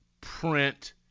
print